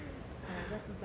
!aiya! 不要智障 lah